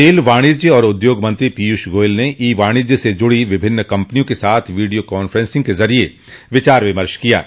rail वाणिज्य और उद्योग मंत्री पीयूष गोयल ने ई वाणिज्य से जुड़ी विभिन्न कम्पनियों के साथ वीडियो कांफ्रेंसिंग के जरिए विचार विमर्श किया है